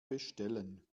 bestellen